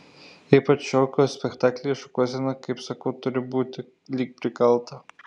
ypač šokio spektaklyje šukuosena kaip sakau turi būti lyg prikalta